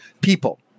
people